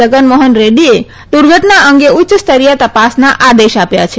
જગનમોહન રેડૃએ દુર્ધટના અંગે ઉચ્ચસ્તરીય તપાસના આદેશ આપ્યા છે